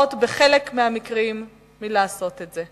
נמנעות בחלק מהמקרים מלעשות את זה.